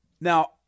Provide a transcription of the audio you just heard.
Now